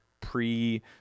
pre